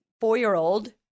four-year-old